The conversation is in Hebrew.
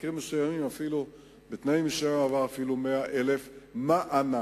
בתנאים מסוימים אפילו 100,000 מענק.